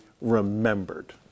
remembered